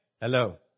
Hello